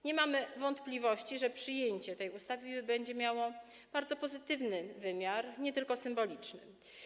Nie mamy wątpliwości, że przyjęcie tej ustawy będzie miało bardzo pozytywny wymiar, nie tylko symboliczny.